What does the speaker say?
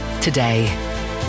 today